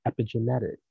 epigenetic